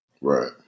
Right